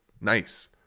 Nice